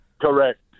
Correct